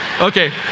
okay